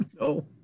No